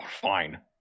fine